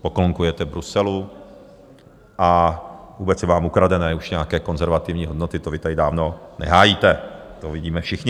Poklonkujete Bruselu a vůbec jsou vám ukradené už nějaké konzervativní hodnoty, to vy tady dávno nehájíte, to vidíme všichni.